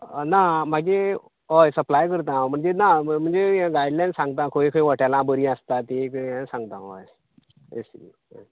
ना माजें होय सप्लाय करता हांव म्हणजें ना म्हणजें जाय तितल्यांक सांगता खंय खंय हाॅटेलां बरी आसता तीं तें सांगता हांव हय हय तेच